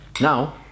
now